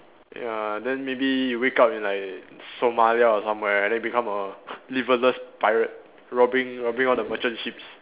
ya then maybe you wake up in like Somalia or somewhere and then become a liverless pirate robbing robbing all the merchant ships